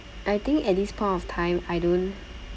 I think at this point of time I don't